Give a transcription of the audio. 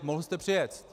Mohl jste přijet.